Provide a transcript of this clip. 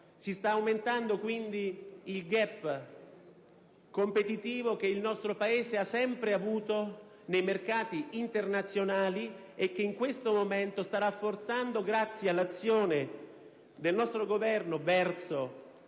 Sta diminuendo quindi il *gap* competitivo che il nostro Paese ha sempre avuto nei mercati internazionali, e in questo momento la nostra posizione si sta rafforzando grazie all'azione del nostro Governo verso